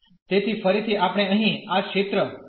તેથી ફરીથી આપણે અહીં આ ક્ષેત્ર દોરવાની જરૂર છે